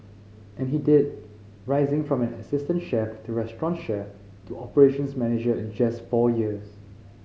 and he did rising from an assistant chef to restaurant chef to operations manager in just four years